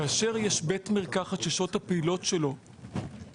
כאשר יש בית מרקחת ששעות הפעילות שלו מוקטנות,